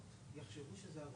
הכסף הזה חסר